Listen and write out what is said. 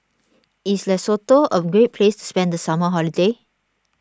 is Lesotho a great place to spend the summer holiday